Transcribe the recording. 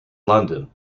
london